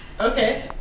Okay